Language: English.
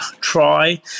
try